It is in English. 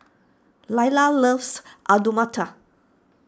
Lailah loves Alu Matar